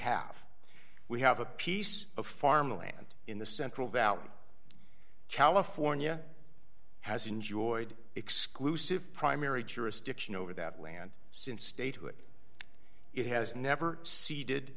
have we have a piece of farmland in the central valley california has enjoyed exclusive primary jurisdiction over that land since statehood it has never see did